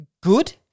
good